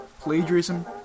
Plagiarism